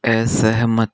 असहमत